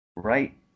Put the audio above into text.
Right